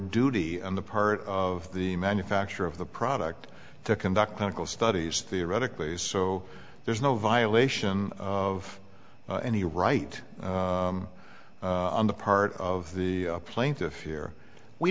duty on the part of the manufacturer of the product to conduct clinical studies theoretically so there's no violation of any right on the part of the plaintiff here we